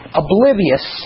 oblivious